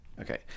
Okay